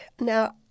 Now